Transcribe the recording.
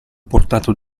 portato